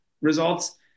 results